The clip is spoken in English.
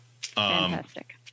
Fantastic